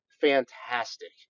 fantastic